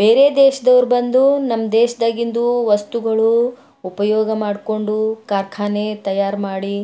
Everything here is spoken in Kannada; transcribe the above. ಬೇರೆ ದೇಶ್ದೋರು ಬಂದು ನಮ್ಮ ದೇಶ್ದಾಗಿಂದು ವಸ್ತುಗಳು ಉಪಯೋಗ ಮಾಡ್ಕೊಂಡು ಕಾರ್ಖಾನೆ ತಯಾರು ಮಾಡಿ